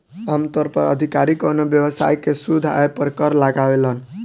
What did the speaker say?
आमतौर पर अधिकारी कवनो व्यवसाय के शुद्ध आय पर कर लगावेलन